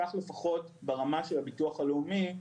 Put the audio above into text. כך, לפחות ברמה של הביטוח הלאומי,